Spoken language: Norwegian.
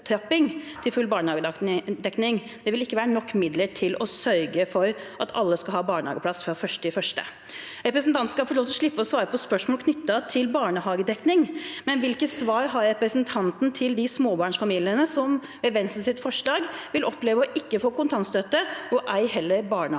til full barnehagedekning. Det vil ikke være nok midler til å sørge for at alle skal ha barnehageplass fra 1. januar. Representanten skal få slippe å svare på spørsmål knyttet til barnehagedekning, men hvilket svar har representanten til de småbarnsfamiliene som med Venstres forslag vil oppleve å ikke få kontantstøtte, og ei heller barnehageplass?